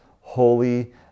holy